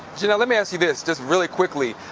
janell, let me ask you this just really quickly.